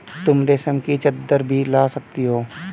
तुम रेशम की चद्दर भी ला सकती हो